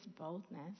boldness